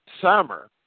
summer